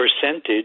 percentage